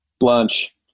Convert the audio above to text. Lunch